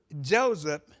Joseph